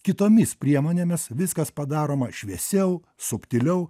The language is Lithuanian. kitomis priemonėmis viskas padaroma šviesiau subtiliau